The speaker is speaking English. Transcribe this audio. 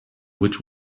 which